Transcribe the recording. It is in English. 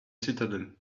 citadel